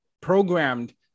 programmed